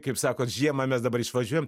kaip sakot žiemą mes dabar išvažiuojam